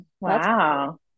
wow